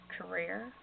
career